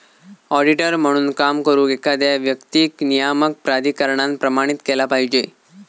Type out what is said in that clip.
auditor म्हणून काम करुक, एखाद्या व्यक्तीक नियामक प्राधिकरणान प्रमाणित केला पाहिजे